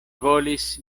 volis